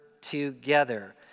together